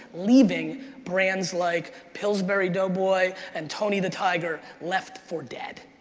leaving brands like pillsbury doughboy and tony the tiger left for dead.